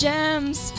Gems